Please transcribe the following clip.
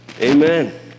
Amen